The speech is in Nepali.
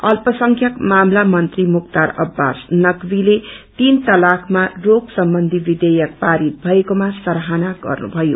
अल्पसंख्यक मामिला मन्त्री मुख्तार अब्बास नकवीले तीन तलाकमा रोक सम्बन्धी विषेयक पारित भएकोमा सराहना गर्नुभयो